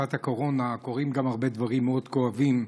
מגפת הקורונה קורים הרבה דברים מאוד כואבים.